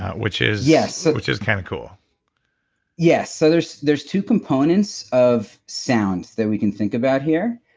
which is yeah, so. which is kind of cool yeah. so, there's there's two components of sound that we can think about here.